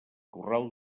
corral